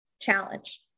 challenge